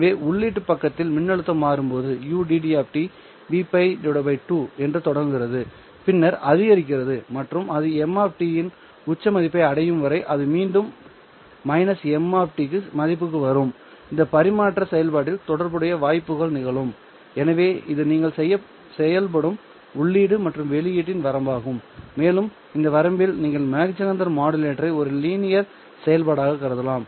எனவே உள்ளீட்டு பக்கத்தில் மின்னழுத்தம் மாறும்போது ud Vπ 2 என்று தொடங்குகிறதுபின்னர் அதிகரிக்கிறது மற்றும் அது m இன் உச்ச மதிப்பை அடையும் வரை அது மீண்டும் -m க்கு மதிப்புக்கு வரும் இந்த பரிமாற்ற செயல்பாட்டில் தொடர்புடைய வாய்ப்புகள் நிகழும் எனவே இது நீங்கள் செயல்படும் உள்ளீடு மற்றும் வெளியீட்டின் வரம்பாகும் மேலும் இந்த வரம்பில் நீங்கள் மாக் ஜெஹெண்டர் மாடுலேட்டரை ஒரு லீனியர் செயல்பாடாக கருதலாம்